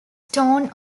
tone